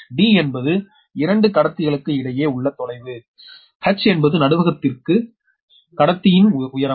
d என்பது 2கடத்திகளுக்கு இடையே உள்ள தொலைவு h என்பது நடுவகத்திதிலிருந்து கடத்தியின் உயரம்